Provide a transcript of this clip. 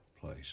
place